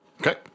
Okay